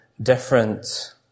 different